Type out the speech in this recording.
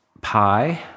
pi